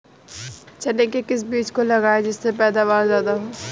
चने के किस बीज को लगाएँ जिससे पैदावार ज्यादा हो?